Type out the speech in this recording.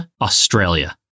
Australia